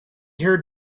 heard